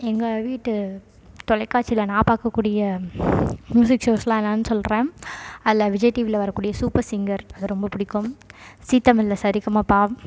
எங்கள் வீட்டு தொலைக்காட்சியில் நான் பார்க்கக்கூடிய மியூசிக் ஷோஸ்லாம் என்னென்னு சொல்கிறேன் அதில் விஜய் டிவியில் வரக்கூடிய சூப்பர் சிங்கர் அது ரொம்ப பிடிக்கும் ஸீ தமிழில் சரிகமப